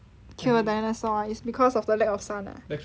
kill the dinosaur ah is because of the lack of sun ah